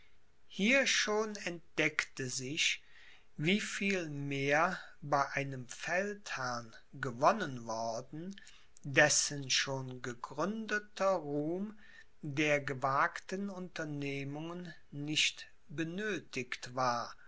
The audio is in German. hier schon entdeckte sich wie viel mehr bei einem feldherrn gewonnen worden dessen schon gegründeter ruhm der gewagten unternehmungen nicht benöthigt war